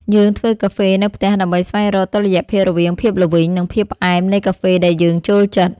យើងធ្វើកាហ្វេនៅផ្ទះដើម្បីស្វែងរកតុល្យភាពរវាងភាពល្វីង និងភាពផ្អែមនៃកាហ្វេដែលយើងចូលចិត្ត។